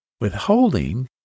Withholding